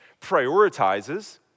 prioritizes